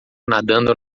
nadando